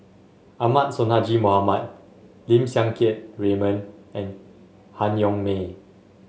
Ahmad Sonhadji Mohamad Lim Siang Keat Raymond and Han Yong May